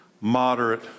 moderate